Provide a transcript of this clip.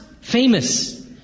famous